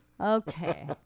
Okay